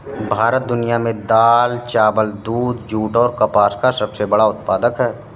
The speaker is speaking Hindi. भारत दुनिया में दाल, चावल, दूध, जूट और कपास का सबसे बड़ा उत्पादक है